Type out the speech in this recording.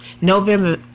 November